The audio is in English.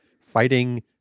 fighting